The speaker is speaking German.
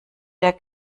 der